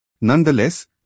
Nonetheless